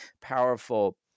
powerful